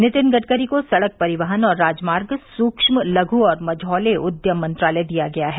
नितिन गडकरी को सड़क परिवहन और राजमार्ग सूक्ष्म लघु और मझौले उद्यम मंत्रालय दिया गया है